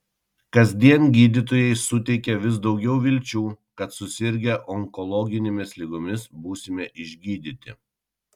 kasdien gydytojai suteikia vis daugiau vilčių kad susirgę onkologinėmis ligomis būsime išgydyti